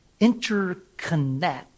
interconnect